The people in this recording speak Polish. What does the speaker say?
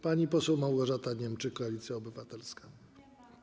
Pani poseł Małgorzata Niemczyk, Koalicja Obywatelska.